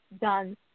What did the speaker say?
done